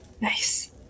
Nice